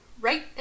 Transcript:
right